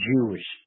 Jewish